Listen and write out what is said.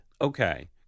Okay